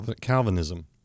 Calvinism